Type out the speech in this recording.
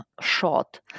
short